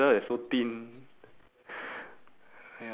don't know leh like the one and the back is